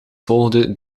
volgde